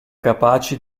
capaci